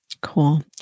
cool